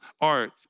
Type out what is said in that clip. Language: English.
art